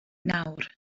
nawr